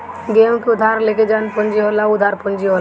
केहू से उधार लेके जवन पूंजी होला उ उधार पूंजी होला